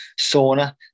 sauna